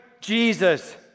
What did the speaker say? Jesus